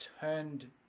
turned